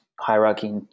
hierarchy